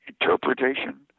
interpretation